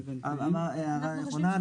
ההערה היא נכונה,